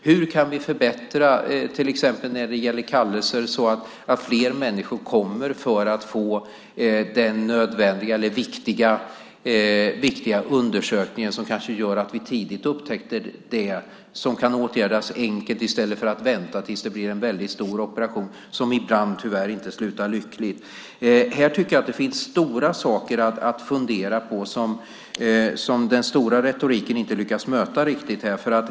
Hur kan vi förbättra när det gäller kallelser så att fler människor kommer för att få den nödvändiga eller viktiga undersökning som kanske gör att vi tidigt upptäcker det som kan åtgärdas enkelt i stället för att vänta tills det blir en väldigt stor operation som ibland tyvärr inte slutar lyckligt? Det finns stora saker att fundera över som den stora retoriken inte lyckats möta riktigt.